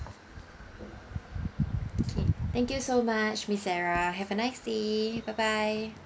okay thank you so much miss sarah have a nice day bye bye